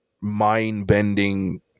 mind-bending